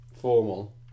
Formal